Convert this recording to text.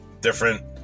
different